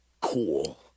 cool